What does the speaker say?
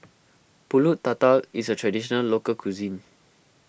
Pulut Tatal is a Traditional Local Cuisine